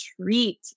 treat